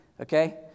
Okay